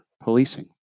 Policing